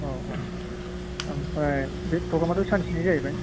औ औ आमफ्राय बे प्रग्रामाथ' सानसेनि जाहैबाय